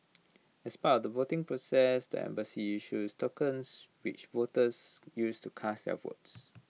as part of the voting process the embassy issues tokens which voters use to cast their votes